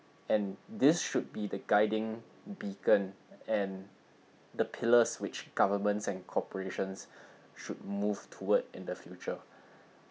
and this should be the guiding beacon and the pillars which governments and corporations should move towards in the future